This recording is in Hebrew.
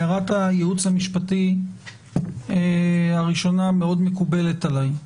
הערת הייעוץ המשפטי הראשונה מקובלת עליי מאוד.